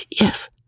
Yes